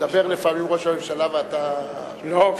מדבר לפעמים ראש הממשלה, ואתה עסוק, לא.